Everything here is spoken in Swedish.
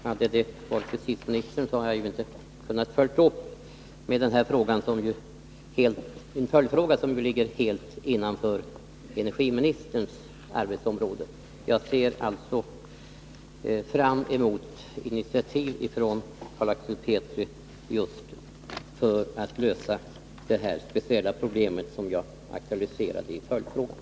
Om det hade varit justitieministern hade jag inte kunnat ställa den här följdfrågan, som ju ligger helt inom energiministerns arbetsområde. Jag ser alltså fram mot ett initiativ från Carl Axel Petri just för att lösa de speciella problem som jag aktualiserade i följdfrågan.